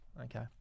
Okay